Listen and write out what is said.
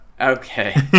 okay